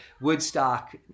Woodstock